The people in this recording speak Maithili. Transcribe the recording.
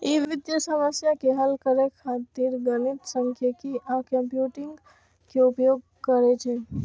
ई वित्तीय समस्या के हल करै खातिर गणित, सांख्यिकी आ कंप्यूटिंग के उपयोग करै छै